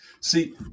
See